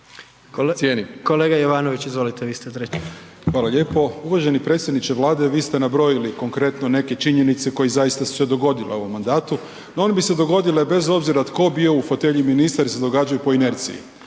Kolega Jovanović, izvolite, vi ste treći. **Jovanović, Željko (SDP)** Hvala lijepo. Uvaženi predsjedniče Vlade, vi ste nabrojili konkretno neke činjenice koje zaista su se dogodilo u ovom mandatu no one bi se dogodile bez obzira tko bio u fotelji ministra jer se događaju po inerciji.